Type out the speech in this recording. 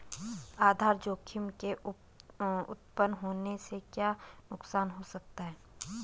आधार जोखिम के उत्तपन होने से क्या नुकसान हो सकता है?